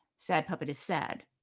sad puppet is sad.